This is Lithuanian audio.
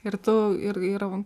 ir tu ir ir